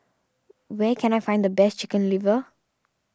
where can I find the best Chicken Liver